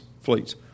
fleets